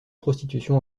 prostitution